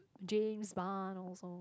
James-Bond also